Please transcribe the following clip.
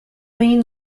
main